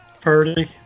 Purdy